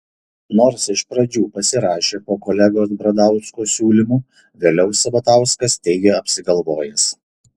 nors iš pradžių pasirašė po kolegos bradausko siūlymu vėliau sabatauskas teigė apsigalvojęs